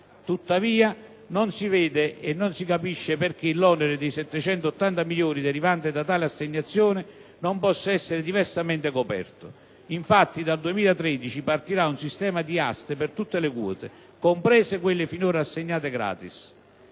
Tuttavia, non si vede e non si capisce perché l'onere dei 780 milioni di euro derivante da tale assegnazione non possa essere diversamente coperto. Infatti, dal 2013 partirà un sistema di aste per tutte le quote, comprese quelle finora assegnate